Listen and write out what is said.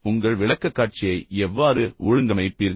உங்கள் விளக்கக்காட்சியை எவ்வாறு ஒழுங்கமைப்பீர்கள்